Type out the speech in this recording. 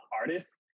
artists